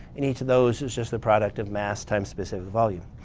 and each of those is just the product of mass times specific volume.